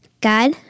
God